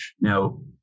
Now